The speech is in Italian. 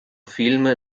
film